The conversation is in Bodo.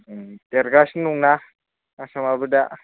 उम देरगासिनो दंना आसामाबो दा